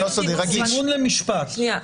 זימון למשפט למשל.